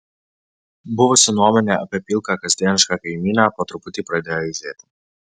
buvusi nuomonė apie pilką kasdienišką kaimynę po truputį pradėjo eižėti